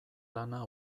lana